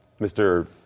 Mr